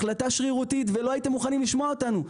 החלטה שרירותית ולא הייתם מוכנים לשמוע אותנו.